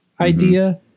idea